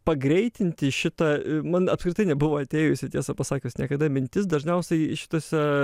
pagreitinti šitą man apskritai nebuvo atėjusi tiesą pasakius niekada mintis dažniausiai tose